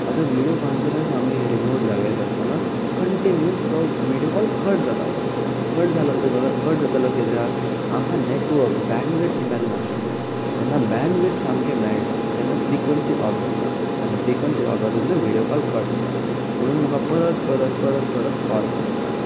आतां video conference आमी remote जाग्यार करताना कण्टिन्युअस तो विडयो कॉल कट जातालो कट जालो कट जातालो किद्याक आमकां नॅटवक बँडवीट मेळनाशिल्लें तेन्ना बँडवीट सामकें मेळनातेन्ना फ्रिक्वंसी ऑफ जाता आनी फ्रिक्वंसी ऑफ जाता तेन्ना विडयो कॉल कट जाता म्हुणून म्हाका परत परत परत परत कॉल करचें पडटालें